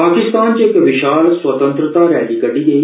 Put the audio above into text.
पाकिस्तान च इक विशाल स्वतंत्रता रैली कड़डी गेई